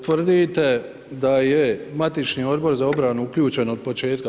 Tvrdite da je matični odbor za obranu uključen od početka.